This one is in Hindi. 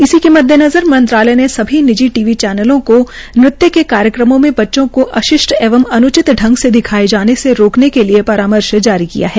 इसी के मद्देनज़र मंत्रालय ने सभी निजी चैनलों को नृत्य क कार्यक्रमों में बच्चों को अशिष्ट एवं अन्चित पंग से दिखाये जाने से रोकने के लिये परामर्श जारी किया है